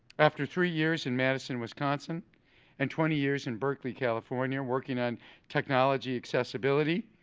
after three years in madison, wisconsin and twenty years in berkley, california working on technology accessibility,